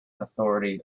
authority